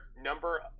number